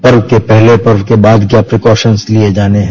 पर्व के पहले पर्व के बाद क्या प्रीकॉशंस लिये जाने हैं